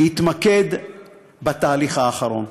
להתמקד בתהליך האחרון.